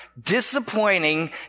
disappointing